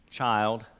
child